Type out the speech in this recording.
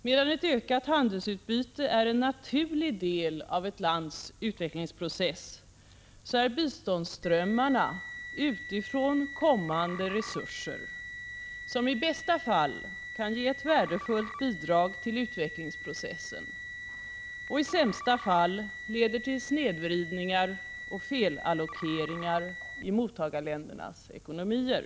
Medan ett ökat handelsutbyte är en naturlig del av ett lands utvecklingsprocess, är biståndsströmmarna utifrån kommande resurser, som i bästa fall kan ge ett värdefullt bidrag till utvecklingsprocessen och i sämsta fall leder till snedvridningar och felallokeringar i mottagarländernas ekonomier.